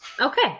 Okay